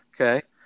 Okay